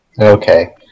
Okay